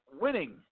winning